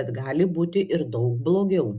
bet gali būti ir daug blogiau